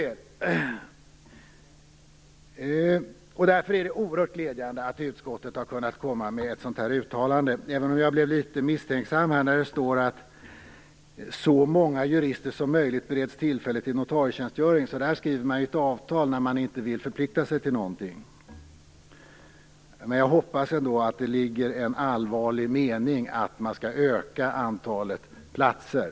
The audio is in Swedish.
Det är därför oerhört glädjande att utskottet har kunnat komma med ett sådant uttalande, även om jag blir litet misstänksam när det står "att så många jurister som möjlighet bereds tillfälle till notarietjänstgöring". Så skriver man i ett avtal när man inte vill förplikta sig till någonting. Jag hoppas ändå att där ligger en allvarlig mening att man skall öka antalet platser.